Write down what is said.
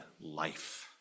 life